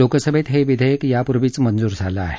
लोकसभेत हे विधेयक यापूर्वीच मंजूर झालं आहे